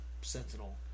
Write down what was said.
Sentinel